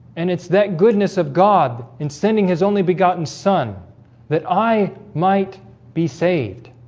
and it's that goodness of god in sending his only begotten son that i might be saved